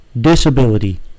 disability